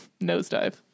Nosedive